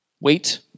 Wait